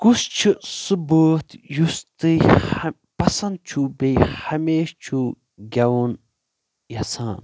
کُس چھُ سُہ بٲتھ یُس تُہۍ ہا پسند چھُ بیٚیہِ ہمیشہٕ چھُو گیٚوُن یژھان